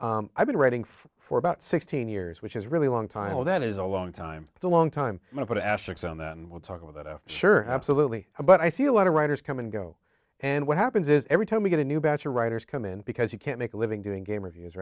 time i've been writing for about sixteen years which is really long time so that is a long time it's a long time to put a asterix on that and we'll talk about that off sure absolutely but i see a lot of writers come and go and what happens is every time we get a new batch of writers come in because you can't make a living doing game reviews